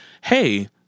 Hey